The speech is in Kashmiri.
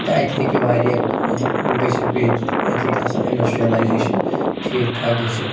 تہٕ اَتہِ ہیٚکہِ واریاہ کٲم گٔژھِتھ بیٚیہِ تہٕ اَتہِ ہیٚکہِ اصٕل اِنڈَسٹِرٛیَلایزیشَن ٹھیٖک ٹھاک گٔژھِتھ